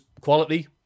quality